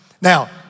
Now